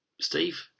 Steve